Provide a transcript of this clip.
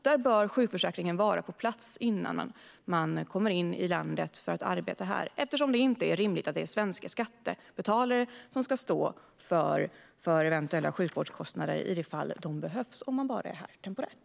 Där bör sjukförsäkringen vara på plats innan man kommer in i landet för att arbeta här eftersom det inte är rimligt att det är svenska skattebetalare som ska stå för eventuella sjukvårdskostnader, i den mån de behövs för den som bara är här temporärt.